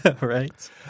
right